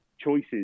choices